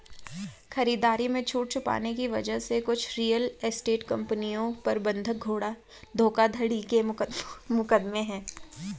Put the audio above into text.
खरीदारी में छूट छुपाने की वजह से कुछ रियल एस्टेट कंपनियों पर बंधक धोखाधड़ी के मुकदमे हैं